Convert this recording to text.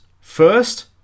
First